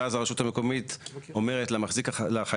ואז הרשות המקומית אומרת לחייב,